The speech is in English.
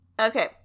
okay